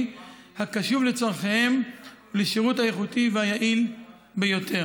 הקשוב לצורכיהם ולשירות האיכותי והיעיל ביותר.